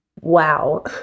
Wow